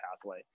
pathway